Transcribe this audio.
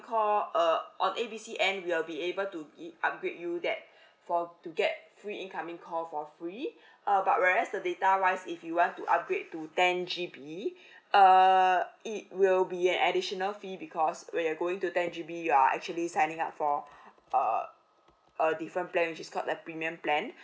call err on A B C end we'll be able to e~ upgrade you that for to get free incoming call for free uh but whereas the data wise if you want to upgrade to ten G_B err it will be an additional fee because when you're going to ten G_B you are actually signing up for uh a different plan which is called the premium plan